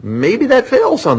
maybe that fails on the